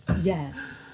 yes